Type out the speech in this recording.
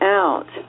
out